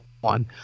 one